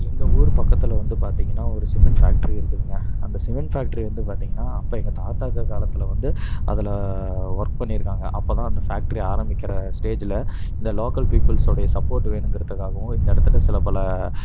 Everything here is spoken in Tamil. எங்கள் ஊர் பக்கத்தில் வந்து பார்த்திங்கன்னா ஒரு சிமெண்ட் ஃபேக்ட்ரி இருக்குதுங்க அந்த சிமெண்ட் ஃபேக்ட்ரி வந்து பார்த்திங்கன்னா அப்போ எங்கள் தாத்தா இருக்கிற காலத்தில் வந்து அதில் ஒர்க் பண்ணியிருக்காங்க அப்போதான் அந்த ஃபேக்ட்ரி ஆரம்பிக்கிற ஸ்டேஜில் இந்த லோக்கல் பீப்புள்ஸோடைய சப்போர்ட் வேணுங்கறதுக்காகவும் இந்த இடத்துட்ட சில பல